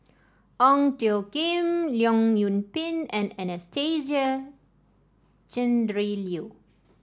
Ong Tjoe Kim Leong Yoon Pin and Anastasia Tjendri Liew